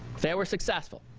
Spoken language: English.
they were successful.